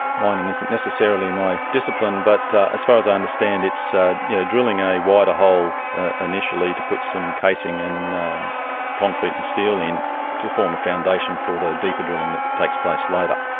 mining isn't necessarily my discipline, but as far as i understand it's ah you know drilling a wider whole initially to put some casing and concrete and steel in to form a foundation for the deeper drilling that takes place later.